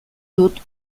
dut